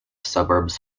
suburbs